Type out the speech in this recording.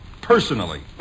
Personally